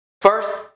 First